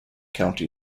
county